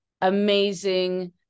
amazing